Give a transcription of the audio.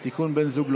אין מתנגדים,